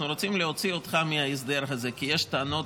אנחנו רוצים להוציא אותך מההסדר הזה כי יש נגדך טענות